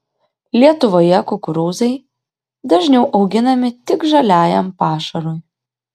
lietuvoje kukurūzai dažniau auginami tik žaliajam pašarui